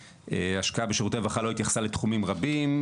ההשקעה בשירותים הרווחה לא התייחסה לתחומים רבים,